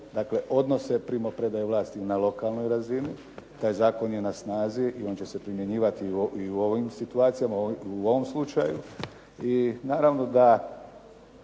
Dakle, odnose primopredaje vlasti na lokalnoj razini. Taj zakon je na snazi i on će se primjenjivati i u ovim situacijama, u ovom slučaju i naravno da